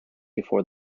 before